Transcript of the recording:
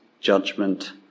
judgment